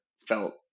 felt